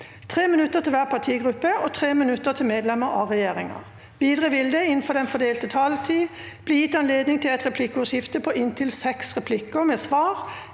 3 minutter til hver partigruppe og 3 minutter til medlemmer av regjeringa. Videre vil det – innenfor den fordelte taletid – bli gitt anledning til replikkordskifte på inntil seks replikker med svar